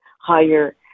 higher